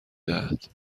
دهد